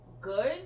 good